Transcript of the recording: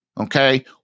Okay